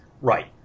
Right